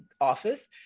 office